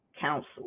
council